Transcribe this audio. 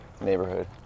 Neighborhood